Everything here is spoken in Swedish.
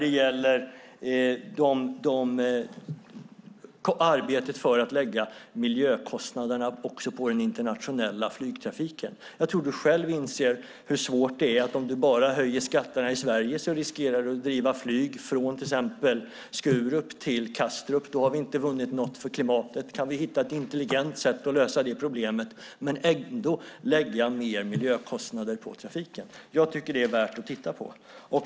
Det gäller även arbetet för att lägga miljökostnaderna också på den internationella flygtrafiken. Jag tror att du själv inser hur svårt det är. Om du bara höjer skatterna i Sverige riskerar du att driva flyg från till exempel Skurup till Kastrup, och då har vi inte vunnit något för klimatet. Kan vi hitta ett intelligent sätt att lösa detta problem men ändå lägga mer miljökostnader på trafiken? Jag tycker att det är värt att titta på.